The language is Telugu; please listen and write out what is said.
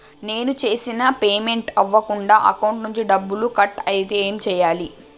నేను చేసిన పేమెంట్ అవ్వకుండా అకౌంట్ నుంచి డబ్బులు కట్ అయితే ఏం చేయాలి?